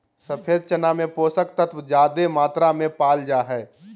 सफ़ेद चना में पोषक तत्व ज्यादे मात्रा में पाल जा हइ